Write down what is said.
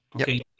okay